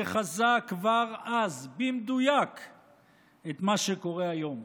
שחזה כבר אז במדויק את מה שקורה היום.